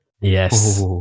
Yes